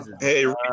Hey